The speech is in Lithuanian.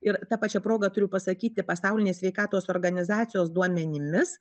ir ta pačia proga turiu pasakyti pasaulinės sveikatos organizacijos duomenimis